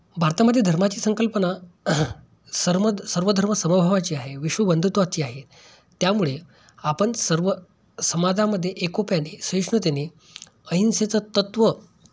भारतामध्येे धर्माची संकल्पना सर्म सर्वधर्म समभावाची आहे विश्व बंधुत्वाची आहे त्यामुळे आपण सर्व समाजामध्ये एकोप्याने सहिष्णूतेने अहिंसेचं तत्व